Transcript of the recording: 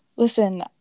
Listen